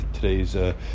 today's